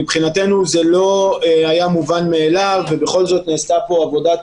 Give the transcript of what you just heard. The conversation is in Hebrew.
מבחינתנו זה לא היה מובן מאליו ובכל זאת נעשתה פה עבודת